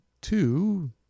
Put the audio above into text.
two